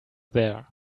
there